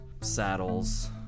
saddles